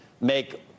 make